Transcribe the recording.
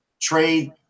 trade